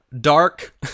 dark